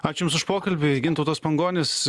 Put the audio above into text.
ačiū jums už pokalbį gintautas pangonis